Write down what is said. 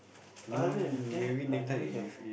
other than I never hear